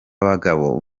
bagabo